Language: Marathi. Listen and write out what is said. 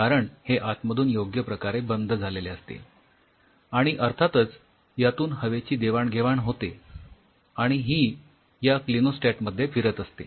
कारण हे आतमधून योग्य प्रकारे बंद झालेले असते आणि अर्थातच यातून हवेची देवाण घेवाण होते आणि ही या क्लिनोस्टॅट मध्ये फिरत असते